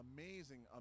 amazing